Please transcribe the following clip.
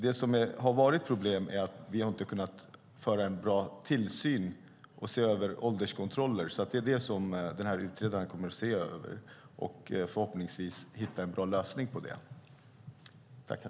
Det som har varit problemet är att vi inte har kunnat utöva en bra tillsyn och upprätthålla ålderskontrollen. Det är det som utredaren kommer att se över och förhoppningsvis hitta en bra lösning för.